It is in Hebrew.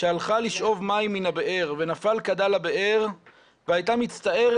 שהלכה לשאוב מים מן הבאר ונפל כדה לבאר והייתה מצטערת